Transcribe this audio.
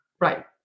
Right